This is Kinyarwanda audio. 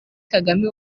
kagame